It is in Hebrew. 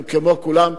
הם כמו כולם,